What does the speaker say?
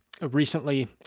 recently